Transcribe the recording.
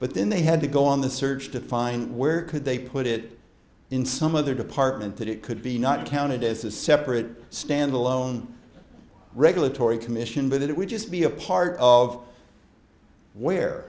but then they had to go on the search to find where could they put it in some other department that it could be not counted as a separate standalone regulatory commission but it would just be a part of where